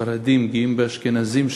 שהספרדים גאים באשכנזים,